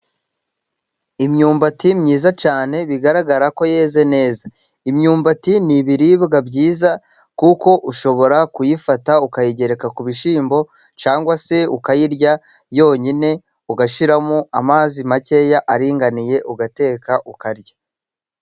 Imyumbati myiza cyane, bigaragara ko yeze neza, imyumbati ni ibiribwa byiza, kuko ushobora kuyifata ukayigereka ku bishyimbo, cyangwa se ukayirya yonyine, ugashyiramo amazi makeya aringaniye, ugateka ukarya.